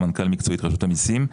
סמנכ"ל מקצועית רשות המיסים.